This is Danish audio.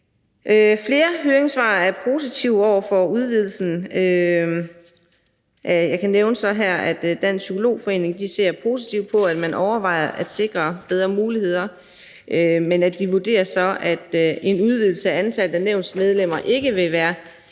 Flere høringssvar er positive over for udvidelsen, og jeg kan nævne, at Dansk Psykolog Forening ser positivt på, at man overvejer at sikre bedre muligheder, men de vurderer så, at en udvidelse af antallet af nævnets medlemmer hverken vil være